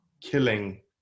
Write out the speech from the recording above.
killing